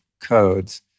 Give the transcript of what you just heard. codes